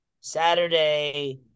Saturday